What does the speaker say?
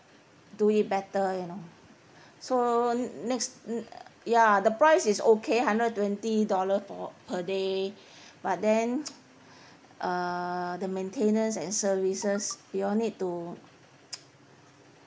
do it better you know so next ya the price is okay hundred twenty dollar for per day but then uh the maintenance and services you all need to